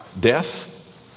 death